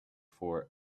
for